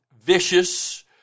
vicious